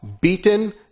beaten